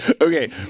Okay